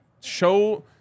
show